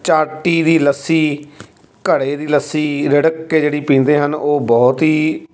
ਚਾਟੀ ਦੀ ਲੱਸੀ ਘੜੇ ਦੀ ਲੱਸੀ ਰਿੜਕ ਕੇ ਜਿਹੜੀ ਪੀਂਦੇ ਹਨ ਉਹ ਬਹੁਤ ਹੀ